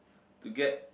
to get